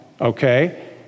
okay